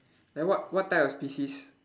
like what what type of species